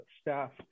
staff